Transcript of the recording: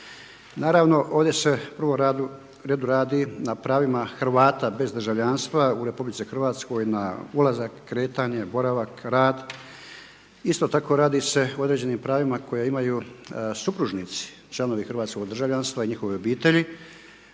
Naravno ovdje se u prvom redu radi na pravima Hrvata bez državljanstva u RH na ulazak, kretanje, boravak, rad, isto tako radi se i određenim pravima koja imaju supružnici, članovi hrvatskog državljanstva i njihove obitelji.